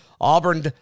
Auburn